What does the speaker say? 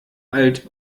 alt